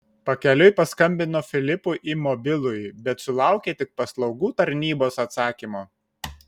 pakeliui paskambino filipui į mobilųjį bet sulaukė tik paslaugų tarnybos atsakymo